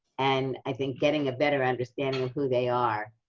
and i think getting a better understanding of who they are.